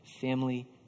family